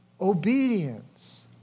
obedience